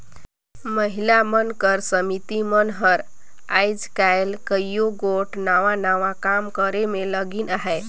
महिला मन कर समिति मन हर आएज काएल कइयो गोट नावा नावा काम करे में लगिन अहें